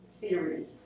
theory